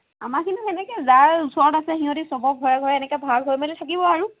আমাৰখিনিও সেনেকৈয়ে যাৰ ওচৰত আছে সিহঁতি চবৰে ঘৰে ঘৰে এনেকৈ ভাল হৈ মেলি থাকিব আৰু